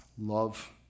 Love